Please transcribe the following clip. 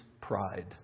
pride